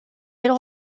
ils